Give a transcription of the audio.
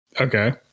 okay